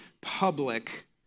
public